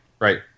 right